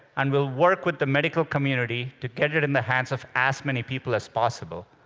and we'll work with the medical community to get it in the hands of as many people as possible.